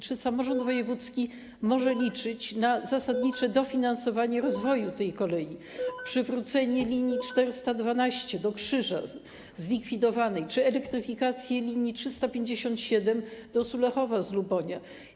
Czy samorząd wojewódzki może liczyć na zasadnicze dofinansowanie rozwoju tej kolei, przywrócenie zlikwidowanej linii 412 do Krzyża lub elektryfikację linii 357 do Sulechowa z Lubonia?